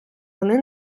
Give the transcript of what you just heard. вони